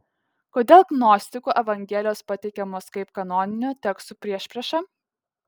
kodėl gnostikų evangelijos pateikiamos kaip kanoninių tekstų priešprieša